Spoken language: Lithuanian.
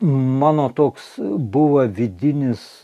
mano toks buvo vidinis